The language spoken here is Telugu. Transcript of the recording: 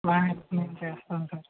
మా హెల్ప్ మేము చేస్తాం సార్